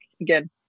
again